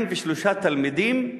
43 תלמידים,